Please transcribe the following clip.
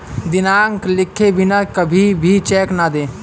दिनांक लिखे बिना कभी भी चेक न दें